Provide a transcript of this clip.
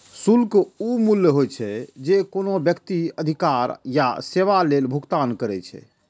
शुल्क ऊ मूल्य होइ छै, जे कोनो व्यक्ति अधिकार या सेवा लेल भुगतान करै छै